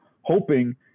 hoping